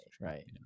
right